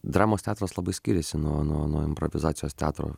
dramos teatras labai skiriasi nuo nuo nuo improvizacijos teatro